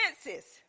senses